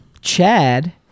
Chad